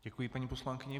Děkuji paní poslankyni.